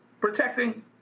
protecting